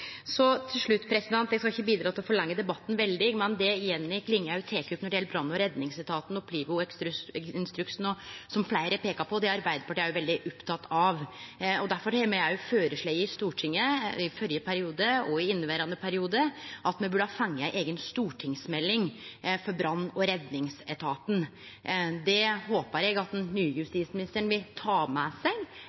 Eg skal ikkje bidra til å forlenge debatten veldig. Men det Jenny Klinge tek opp når det gjeld brann- og redningsetaten og PLIVO-instruksen som fleire har peika på, er Arbeidarpartiet òg veldig oppteke av. Derfor har me føreslege i Stortinget, i førre periode og i inneverande periode, at me burde få ei eiga stortingsmelding for brann- og redningsetaten. Det håpar eg at den nye justisministeren vil ta med seg,